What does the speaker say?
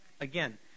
Again